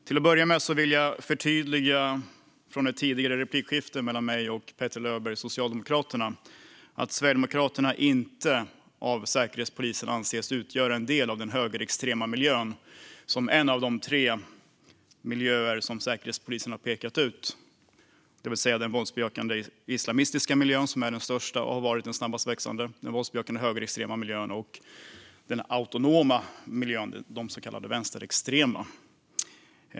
Till att börja med vill jag, efter det tidigare replikskiftet mellan mig och Petter Löberg från Socialdemokraterna, förtydliga att Sverigedemokraterna inte av Säkerhetspolisen anses utgöra en del av den högerextrema miljön, som är en av de tre miljöer som Säkerhetspolisen har pekat ut, det vill säga den våldsbejakande islamistiska miljön, som är den största av dessa och som har varit den snabbast växande, den våldsbejakande högerextrema miljön och den autonoma miljön, de så kallade vänsterextrema.